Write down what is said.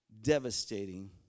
devastating